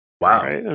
wow